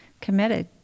committed